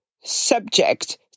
subject